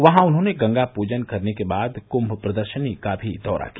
वहां उन्होंने गंगा पूजन करने के बाद कुम्म प्रदर्शनी का दौरा भी किया